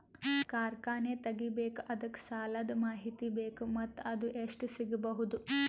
ಕಾರ್ಖಾನೆ ತಗಿಬೇಕು ಅದಕ್ಕ ಸಾಲಾದ ಮಾಹಿತಿ ಬೇಕು ಮತ್ತ ಅದು ಎಷ್ಟು ಸಿಗಬಹುದು?